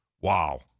Wow